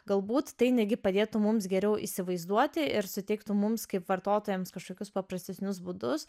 galbūt tai netgi padėtų mums geriau įsivaizduoti ir suteiktų mums kaip vartotojams kažkokius paprastesnius būdus